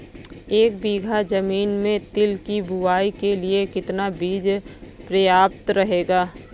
एक बीघा ज़मीन में तिल की बुआई के लिए कितना बीज प्रयाप्त रहेगा?